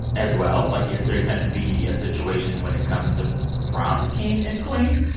as well. like, is there going to be a situation when it comes to prom king and queen?